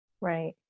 Right